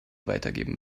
weitergeben